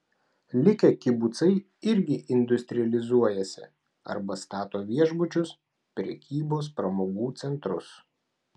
likę kibucai irgi industrializuojasi arba stato viešbučius prekybos pramogų centrus